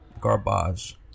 Garbage